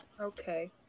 Okay